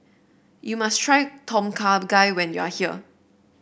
you must try Tom Kha Gai when you are here